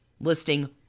listing